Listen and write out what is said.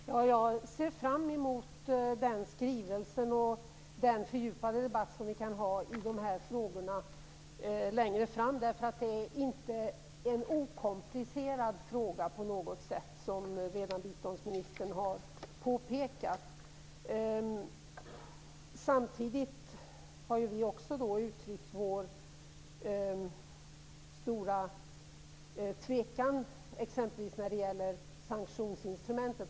Fru talman! Jag ser fram emot den skrivelsen och den fördjupade debatt som vi kan ha i dessa frågor längre fram. Det är inte på något sätt en okomplicerad fråga, som biståndsministern redan har påpekat. Samtidigt har vi uttryckt vår stora tvekan när det exempelvis gäller sanktionsinstrumentet.